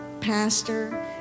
pastor